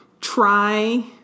try